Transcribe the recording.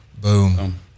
Boom